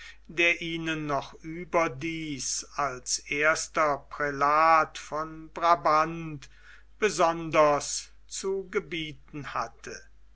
der ihnen noch überdies als erster prälat von brabant besonders zu gebieten hatte